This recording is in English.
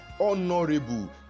honorable